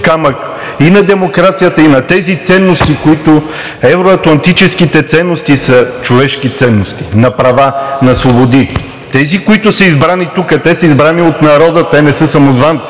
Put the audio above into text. и на демокрацията, и на тези ценности, които… евро-атлантическите ценности са човешки ценности на права, на свободи. Тези, които са избрани тук – те са избрани от народа, те не са самозванци.